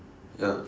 ya